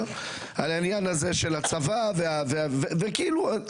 על העניין הזה של הצבא וכאילו ---.